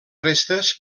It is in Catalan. restes